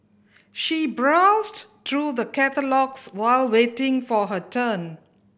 she browsed through the catalogues while waiting for her turn